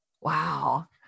Wow